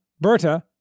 Berta